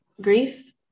grief